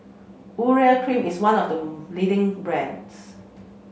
Urea Cream is one of the leading brands